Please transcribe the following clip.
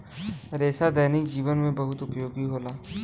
रेसा दैनिक जीवन में बहुत उपयोगी होला